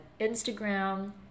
Instagram